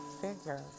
figure